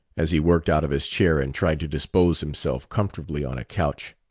as he worked out of his chair and tried to dispose himself comfortably on a couch.